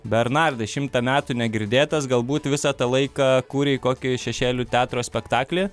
bernardai šimtą metų negirdėtas galbūt visą tą laiką kūrei kokį šešėlių teatro spektaklį